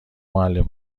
معلم